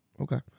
Okay